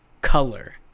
color